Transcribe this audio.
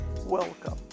Welcome